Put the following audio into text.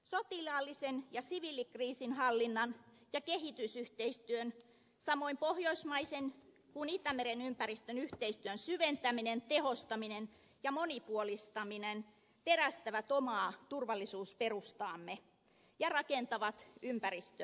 sotilaallisen ja siviilikriisinhallinnan ja kehitysyhteistyön samoin pohjoismaisen kuin itämeren ympäristön yhteistyön syventäminen tehostaminen ja monipuolistaminen terästävät omaa turvallisuusperustaamme ja rakentavat turvallisuusympäristöämme